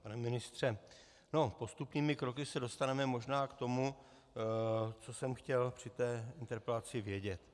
Pane ministře, postupnými kroky se dostaneme možná k tomu, co jsem chtěl při té interpelaci vědět.